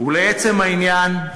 ולעצם העניין,